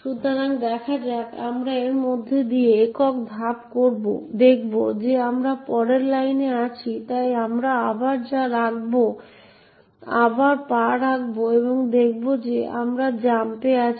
সুতরাং দেখা যাক আমরা এর মধ্য দিয়ে একক ধাপ করব দেখব যে আমরা পরের লাইনে আছি তাই আমরা আবার পা রাখব এবং দেখব যে আমরা জাম্পে আছি